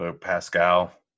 Pascal